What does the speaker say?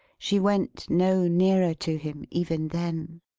she went no nearer to him even then.